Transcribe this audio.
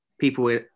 people